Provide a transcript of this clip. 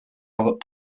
robert